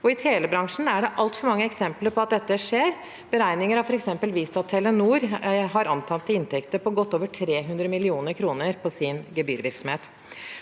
i telebransjen er det altfor mange eksempler på at dette skjer. Beregninger har f.eks. vist at Telenor har antatte inntekter på godt over 300 mill. kr på sin gebyrvirksomhet.